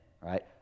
right